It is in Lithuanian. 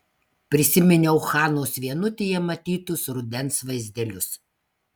prisiminiau hanos vienutėje matytus rudens vaizdelius